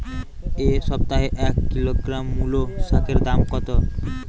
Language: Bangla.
এ সপ্তাহে এক কিলোগ্রাম মুলো শাকের দাম কত?